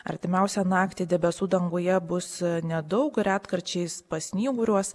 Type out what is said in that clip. artimiausią naktį debesų danguje bus nedaug retkarčiais pasnyguriuos